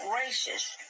racist